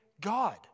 God